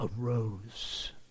arose